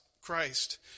Christ